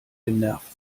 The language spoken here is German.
genervt